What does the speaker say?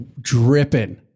dripping